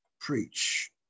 preach